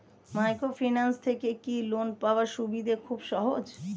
Microfinance থেকে কি loan পাওয়ার সুবিধা খুব সহজ?